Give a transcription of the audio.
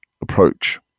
approach